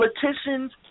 politicians